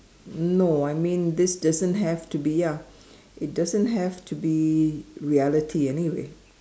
no I mean this doesn't have to be ya it doesn't have to be reality anyway